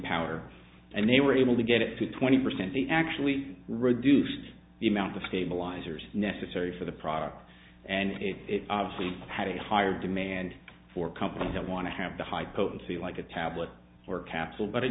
power and they were able to get it to twenty percent they actually reduced the amount of stabilizers necessary for the product and it obviously had a higher demand for companies that want to have the high potency like a tablet or capsule but it